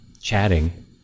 chatting